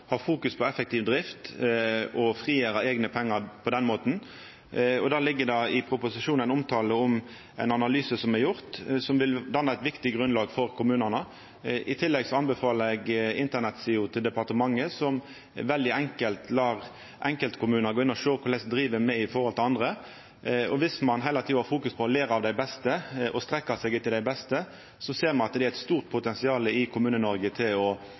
ha fokus på effektiv drift og frigjera eigne pengar på den måten. Det ligg i proposisjonen ein omtale av ein analyse som er gjord som vil danna eit viktig grunnlag for kommunane. I tillegg anbefaler eg internettsida til departementet, som veldig enkelt lar enkeltkommunar gå inn og sjå korleis dei driv i forhold til andre. Viss ein heile tida fokuserer på å læra av og strekkja seg etter dei beste, ser me at det er eit stort potensial i Kommune-Noreg til å